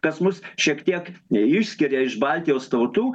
kas mus šiek tiek išskiria iš baltijos tautų